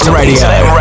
radio